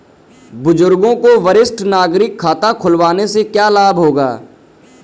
बुजुर्गों को वरिष्ठ नागरिक खाता खुलवाने से क्या लाभ होगा?